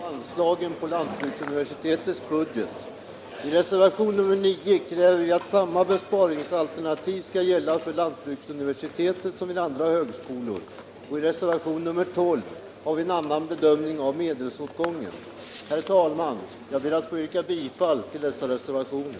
Herr talman! I reservationen 9 kräver vi att samma besparingsalternativ skall gälla för lantbruksuniversitetet som för andra högskolor, och i reservationen 12 har vi en annan bedömning av medelsåtgången. Herr talman! Jag ber att få yrka bifall till dessa reservationer.